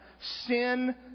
sin